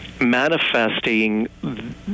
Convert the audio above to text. manifesting